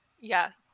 Yes